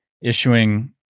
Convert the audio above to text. issuing